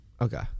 Okay